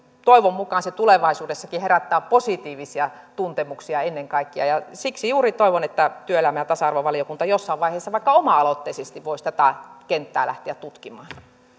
toivon mukaan tulevaisuudessakin herättää positiivisia tuntemuksia ennen kaikkea siksi juuri toivon että työelämä ja tasa arvovaliokunta jossain vaiheessa vaikka oma aloitteisesti voisi tätä kenttää lähteä tutkimaan